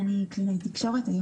אני חושבת שאם